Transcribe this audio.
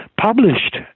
published